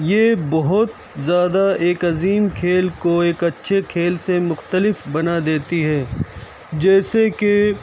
یہ بہت زیادہ ایک عظیم کھیل کو ایک اچّھے کھیل سے مختلف بنا دیتی ہے جیسے کہ